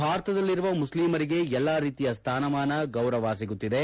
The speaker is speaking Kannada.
ಭಾರತದಲ್ಲಿರುವ ಮುಸ್ಲಿಮರಿಗೆ ಎಲ್ಲ ರೀತಿಯ ಸ್ಥಾನಮಾನ ಗೌರವ ಸಿಗುತ್ತಿದೆ